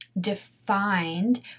defined